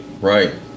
Right